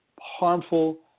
harmful